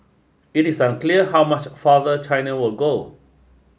it is unclear how much farther China will go